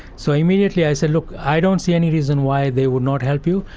so immediately i said, look, i don't see any reason why they would not help you.